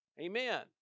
Amen